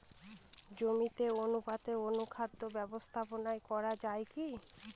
জমিতে অনুপাতে অনুখাদ্য ব্যবস্থাপনা করা য়ায় কি?